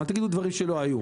אל תגידו דברים שלא היו.